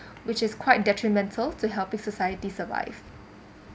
which is quite detrimental to helping society survive